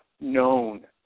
known